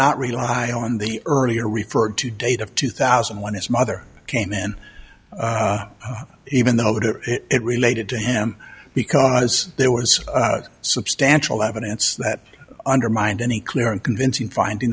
not rely on the earlier referred to date of two thousand and one his mother came in even though to it related to him because there was substantial evidence that undermined any clear and convincing finding